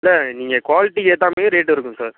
இல்லை நீங்கள் குவாலிட்டிக்கு ஏற்ற மாதிரி ரேட் இருக்கும் சார்